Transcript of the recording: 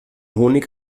honig